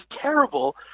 terrible